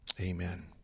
amen